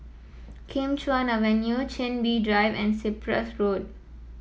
Kim Chuan Avenue Chin Bee Drive and Cyprus Road